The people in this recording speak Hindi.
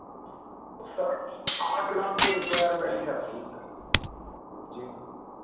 तो सर आठ लाख की रिक्वायरमेंट है अपनी जी